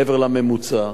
מעבר לממוצע.